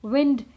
Wind